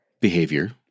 behavior